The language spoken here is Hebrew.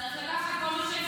צריך לקחת כל מה שאפשר.